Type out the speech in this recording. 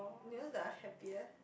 you know the happier